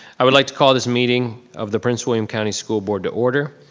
i would like to call this meeting of the prince william county school board to order.